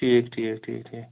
ٹھیٖک ٹھیٖک ٹھیٖک ٹھیٖک